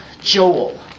Joel